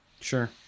Sure